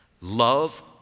Love